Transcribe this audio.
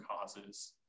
causes